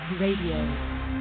Radio